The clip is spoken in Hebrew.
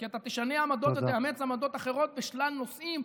כי אתה תשנה עמדות ותאמץ עמדות אחרות בשלל נושאים.